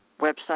website